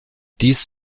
dies